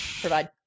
provide